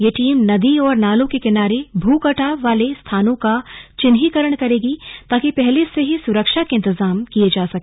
यह टीम नदी और नालों के किनारे भूकटाव वाले स्थानों का चिन्हीकरण करेगी ताकि पहले से ही सुरक्षा के इंतजाम किए जा सके